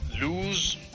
lose